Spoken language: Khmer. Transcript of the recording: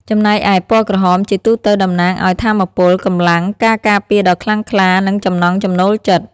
ចំណែកឯ ពណ៌ក្រហមជាទូទៅតំណាងឱ្យ ថាមពល កម្លាំង ការការពារដ៏ខ្លាំងក្លា និងចំណង់ចំណូលចិត្ត។